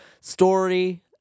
story